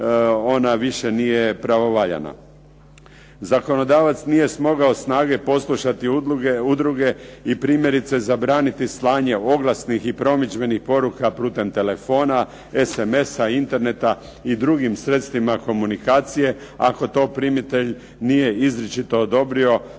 ona više nije pravovaljana. Zakonodavac nije smogao snage poslušati udruge i primjerice zabraniti slanje oglasnih i promidžbenih poruka putem telefona, SMS-a, interneta i drugim sredstvima komunikacije ako to primitelj nije izričito odobrio kod